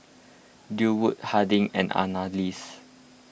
Durwood Harding and Annalise